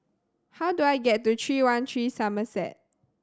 how do I get to Three One Three Somerset